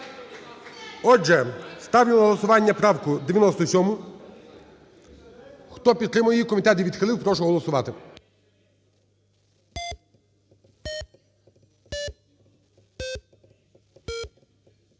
Отже, ставлю на голосування правку 97. Хто підтримує її, комітет її відхилив, прошу голосувати.